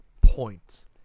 points